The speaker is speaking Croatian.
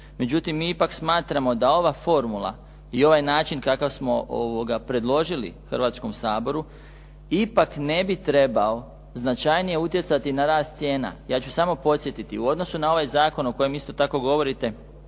međutim mi ipak smatramo da ova formula i ovaj način kakav smo predložili Hrvatskom saboru, ipak ne bi trebao značajnije utjecati na rast cijena. Ja ću samo podsjetiti u odnosu na ovaj zakon o kojem isto tako govorite